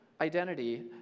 identity